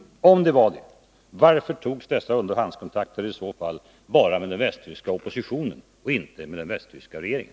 Om det var så, varför togs dessa underhandskontakter bara med den västtyska oppositionen och inte med den västtyska regeringen?